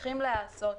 שצריכים להיעשות.